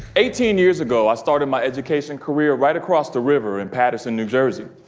eighteen years ago i started my education career right across the river in patterson, new jersey.